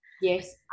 yes